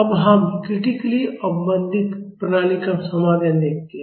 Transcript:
अब हम क्रिटिकल्ली अवमंदित प्रणाली का समाधान देखते हैं